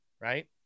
right